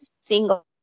single